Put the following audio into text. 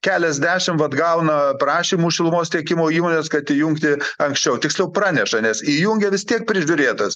keliasdešim vat gauna prašymų šilumos tiekimo įmonės kad įjungti anksčiau tiksliau praneša nes įjungia vis tiek prižiūrėtojas